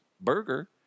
burger